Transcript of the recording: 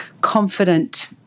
confident